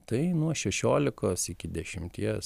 tai nuo šešiolikos iki dešimties